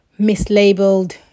mislabeled